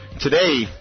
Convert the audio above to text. Today